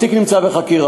התיק נמצא בחקירה.